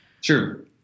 Sure